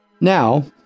Now